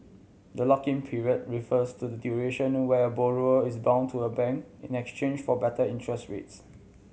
the lock in period refers to the duration where a borrower is bound to a bank in exchange for better interest rates